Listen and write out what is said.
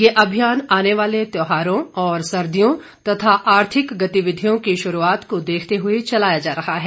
यह अभियान आने वाले त्योहारों और सर्दियों तथा आर्थिक गतिविधियों की शुरुआत को देखते हुए चलाया जा रहा है